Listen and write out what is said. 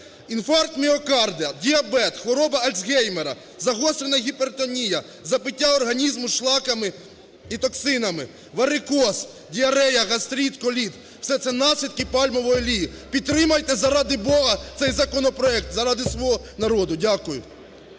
Інфаркт міокарда, діабет, хвороба Альцгеймера, загострена гіпертонія, забиття організму шлаками і токсинами, варикоз, діарея, гастрит, коліт – все це наслідки пальмової олії. Підтримайте заради Бога цей законопроект, заради свого народу. Дякую.